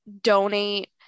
donate